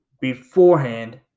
beforehand